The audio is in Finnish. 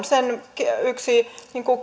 sen yksi